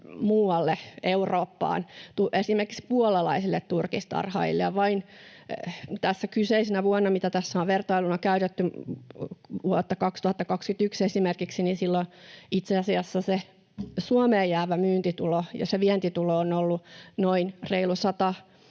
muualle Eurooppaan, esimerkiksi puolalaisille turkistarhaajille. Tänä kyseisenä vuonna, mitä tässä on vertailuna käytetty, esimerkiksi vuonna 2021 itse asiassa se Suomeen jäävä myyntitulo ja se vientitulo on ollut noin 120